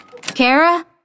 Kara